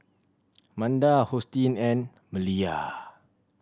Manda Hosteen and Maleah